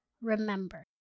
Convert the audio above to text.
Remember